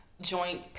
joint